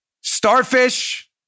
starfish